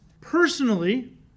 personally